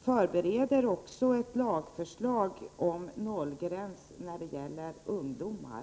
förbereder man också ett lagförslag om nollgräns för ungdomar.